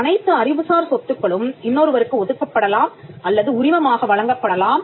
அனைத்து அறிவுசார் சொத்துக்களும் இன்னொருவருக்கு ஒதுக்கப்படலாம் அல்லது உரிமம் ஆக வழங்கப்படலாம்